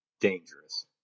dangerous